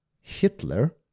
Hitler